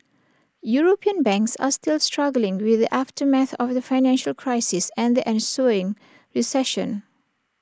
european banks are still struggling with the aftermath of the financial crisis and the ensuing recession